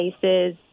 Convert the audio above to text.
cases